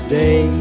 day